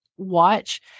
watch